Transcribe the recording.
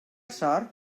sort